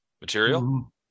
material